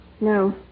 No